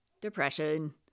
Depression